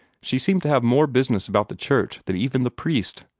she seemed to have more business about the church than even the priest.